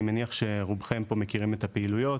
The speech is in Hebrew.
אני מניח שרובכם מכירים את הפעילויות.